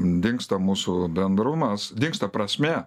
dingsta mūsų bendrumas dingsta prasmė